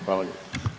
Hvala lijepo.